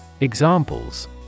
Examples